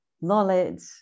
knowledge